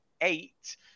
eight